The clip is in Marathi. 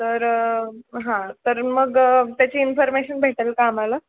तर हा तर मग त्याची इन्फर्मेशन भेटेल का आम्हाला